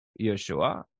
Yeshua